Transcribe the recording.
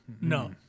No